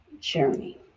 journey